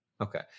Okay